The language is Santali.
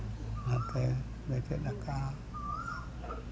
ᱚᱱᱟᱛᱮ ᱪᱮᱫ ᱠᱟᱜ ᱠᱚᱣᱟ